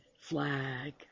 flag